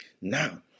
Now